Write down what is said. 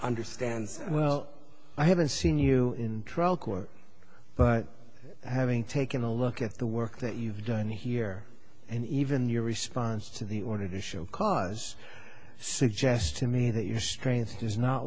understands well i haven't seen you in trial court but having taken a look at the work that you've done here and even your response to the order to show cause suggest to me that your strength is not